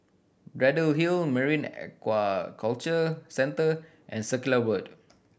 Braddell Hill Marine Aquaculture Centre and Circular Road